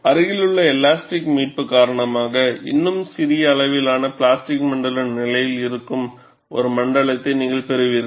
அருகிலுள்ள ஒரு எலாஸ்டிக் மீட்பு காரணமாக இன்னும் சிறிய அளவிலான பிளாஸ்டிக் மண்டல நிலையில் இருக்கும் ஒரு மண்டலத்தை நீங்கள் பெறுவீர்கள்